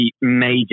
major